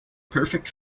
perfect